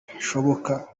hashoboka